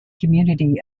community